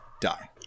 die